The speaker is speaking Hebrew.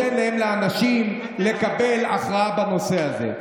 וזה נותן לאנשים לקבל הכרעה בנושא הזה.